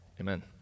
Amen